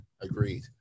agreed